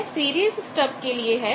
यह series stub के लिए है